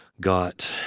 got